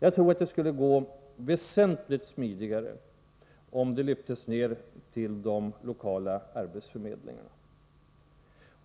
Jag tror att det skulle gå väsentligt smidigare om de lyftes ner till de lokala arbetsförmedlingarna,